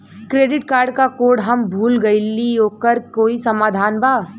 Credit card क code हम भूल गइली ओकर कोई समाधान बा?